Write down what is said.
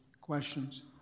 Questions